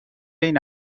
این